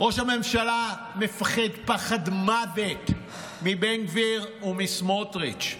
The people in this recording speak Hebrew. ראש הממשלה מפחד פחד מוות מבן גביר ומסמוטריץ'.